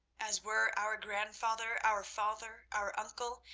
as were our grandfather, our father, our uncle,